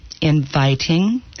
inviting